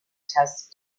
test